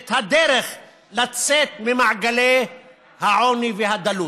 את הדרך לצאת ממעגלי העוני והדלות.